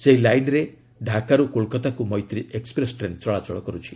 ସେହି ଲାଇନ୍ରେ ଢ଼ାକାରୁ କୋଲକାତାକୁ ମୈତ୍ର ଏକ୍ନପ୍ରେସ୍ ଟ୍ରେନ୍ ଚଳାଚଳ କରୁଛି